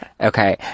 Okay